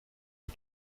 est